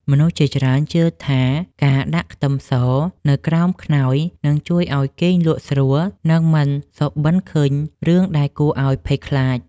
មនុស្សជាច្រើនជឿថាការដាក់ខ្ទឹមសនៅក្រោមខ្នើយនឹងជួយឱ្យគេងលក់ស្រួលនិងមិនសុបិនឃើញរឿងដែលគួរឱ្យភ័យខ្លាច។